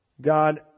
God